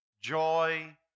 Joy